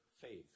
faith